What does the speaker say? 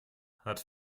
hat